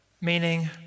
Meaning